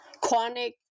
Chronic